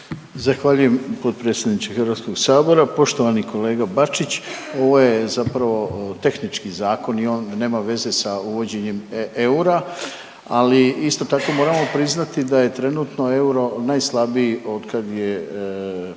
Zahvaljujem potpredsjedniče HS. Poštovani kolega Bačić, ovo je zapravo tehnički zakon i on nema veze sa uvođenjem eura, ali isto tako moramo priznati da je trenutno euro najslabiji otkad je,